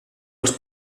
els